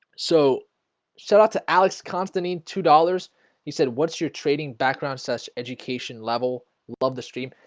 so shout out to alex constantine two dollars you said what's your trading background such education level love the stream.